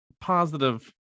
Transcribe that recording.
positive